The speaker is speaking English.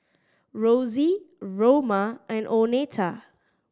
Rosy Roma and Oneta